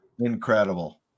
Incredible